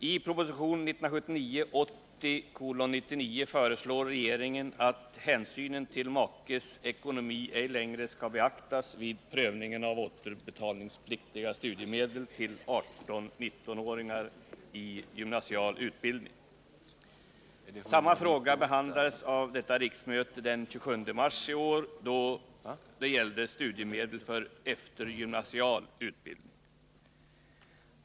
Herr talman! Till att börja med vill jag yrka bifall till utskottets hemställan. Motsvarande fråga behandlades av detta riksmöte den 27 mars i år. Det gällde då studiemedel för eftergymnasial utbildning.